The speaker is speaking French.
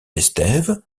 estève